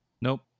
Nope